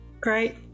Great